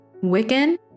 Wiccan